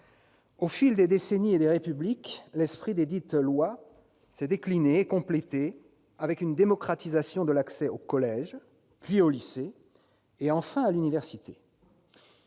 Au fil des décennies et des Républiques, l'esprit desdites lois a été décliné et complété, avec une démocratisation de l'accès au collège, puis au lycée, enfin à l'université.